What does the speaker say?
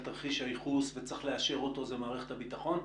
תרחיש הייחוס וצריך לאשר אותו זה מערכת הביטחון?